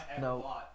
no